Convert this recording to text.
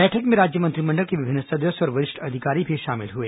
बैठक में राज्य मंत्रिमंडल के विभिन्न सदस्य और वरिष्ठ अधिकारी भी शामिल हुए